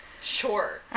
Sure